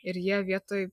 ir jie vietoj